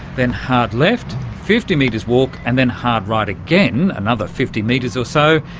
then hard left, fifty metres walk and then hard right again, another fifty metres or so,